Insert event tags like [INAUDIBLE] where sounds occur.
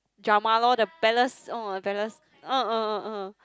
drama loh the Palace oh the Palace [NOISE]